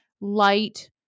light